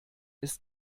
ist